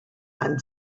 amb